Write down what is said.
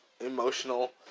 emotional